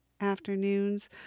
afternoons